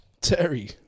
Terry